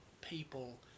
people